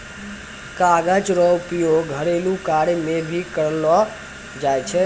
कागज रो उपयोग घरेलू कार्य मे भी करलो जाय छै